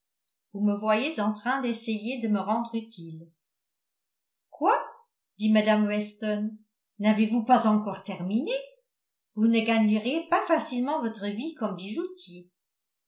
vous me voyez en train d'essayer de me rendre utile quoi dit mme weston n'avez-vous pas encore terminé vous ne gagneriez pas facilement votre vie comme bijoutier